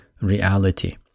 reality